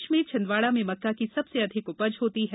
प्रदेश में छिंदवाड़ा में मक्का की सबसे अधिक उपज होती है